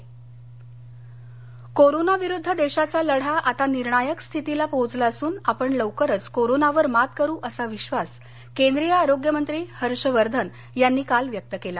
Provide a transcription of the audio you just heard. हर्षवर्धन कोरोनाविरुद्ध देशाचा लढा आता निर्णायक स्थितीला पोहोचला असून आपण लवकरच कोरोनावर मात करू असा विश्वास केंद्रीय आरोग्य मंत्री हर्षवर्धन यांनी काल व्यक्त केला